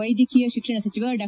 ವೈದ್ಯಕೀಯ ಶಿಕ್ಷಣ ಸಚಿವ ಡಾ